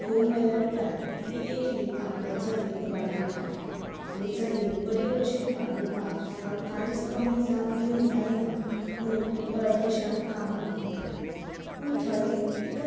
घोव मेल्या उपरांत ती एकली आपल्या चलयेक वाडयता आपले चलयेक बरो भशेन वाडोवपाक ताका कांयच कमी जावंक दिवंक जायना म्हूण परदेशांत कामाक वयता पूण थंय तिका